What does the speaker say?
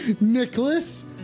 Nicholas